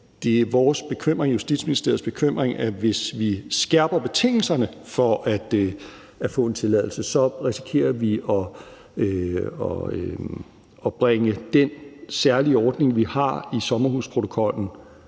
bekymring, at hvis vi skærper betingelserne for at få en tilladelse, risikerer vi at bringe den særlige ordning, vi har, med sommerhusprotokollen